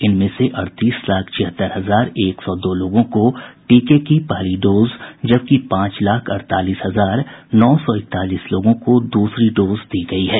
इनमें से अड़तीस लाख छिहत्तर हजार एक सौ दो लोगों को टीके की पहली डोज जबकि पांच लाख अड़तालीस हजार नौ सौ इकतालीस लोगों को दूसरी डोज दी गयी है